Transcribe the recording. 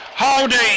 Holding